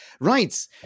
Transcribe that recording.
Right